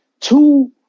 Two